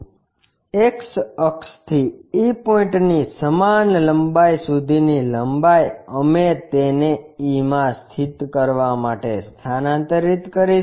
X અક્ષથી e point ની સમાન લંબાઈ સુધીની લંબાઈ અમે તેને e માં સ્થિત કરવા માટે સ્થાનાંતરિત કરીશું